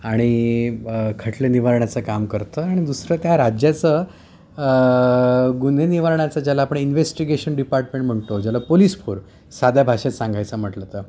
आणि खटले निवारण्याचं काम करतं आणि दुसरं त्या राज्याचं गुन्हे निवारण्याचं ज्याला आपण इन्व्हेस्टिगेशन डिपार्टमेंट म्हणतो ज्याला पोलीस पोर साध्या भाषेत सांगायचं म्हटलं तर